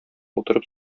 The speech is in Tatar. утырып